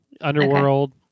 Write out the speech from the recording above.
underworld